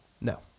No